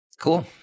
Cool